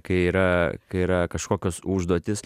kai yra kai yra kažkokios užduotys